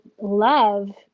love